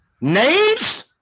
names